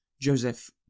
Joseph